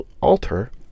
alter